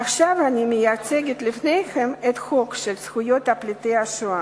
עכשיו אני מציגה לפניכם את הצעת חוק זכויות פליטי השואה.